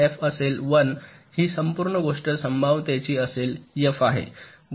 f असेल 1 ही संपूर्ण गोष्ट संभाव्यतेची असेल f आहे